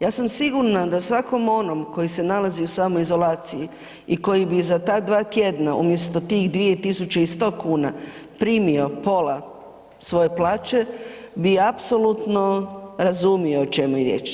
Ja sam sigurna da svakom onom koji se nalazi u samoizolaciji i koji bi za ta dva tjedna umjesto tih 2.100,00 kn primio pola svoje plaće bi apsolutno razumio o čemu je riječ.